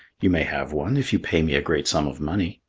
you may have one if you pay me a great sum of money.